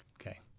Okay